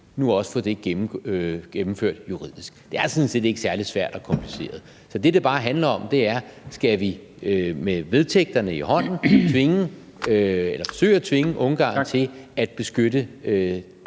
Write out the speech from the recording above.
nu også at få det gennemført juridisk. Det er sådan set ikke særlig svært og kompliceret. Så det, det bare handler om, er, at skal vi med vedtægterne i hånden forsøge at tvinge Ungarn til at beskytte